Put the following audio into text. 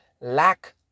Lack